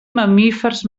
mamífers